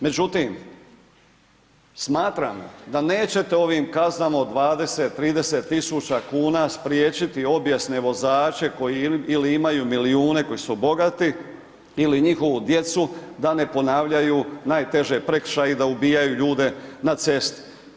Međutim, smatram da nećete ovim kaznama od 20, 30 tisuća kuna spriječiti obijesne vozače koji ili imaju milijune koji su bogati ili njihovu djecu da ne ponavljaju najteže prekršaje i da ubijaju ljude na cesti.